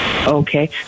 Okay